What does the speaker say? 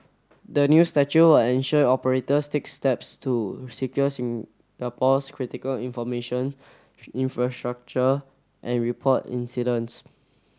the new statute will ensure operators take steps to secure Singapore's critical information infrastructure and report incidents